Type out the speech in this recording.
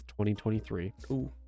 2023